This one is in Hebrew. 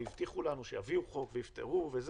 הבטיחו לנו שיביאו חוק ויפתרו.